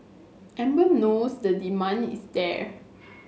Amer knows the demand is there